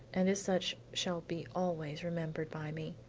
and as such shall be always remembered by me.